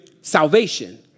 salvation